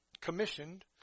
commissioned